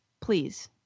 Please